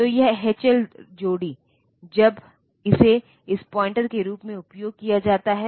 तो यह H L जोड़ी जब इसे इस पॉइंटर के रूप में उपयोग किया जाता है